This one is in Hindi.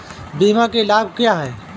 बीमा के लाभ क्या हैं?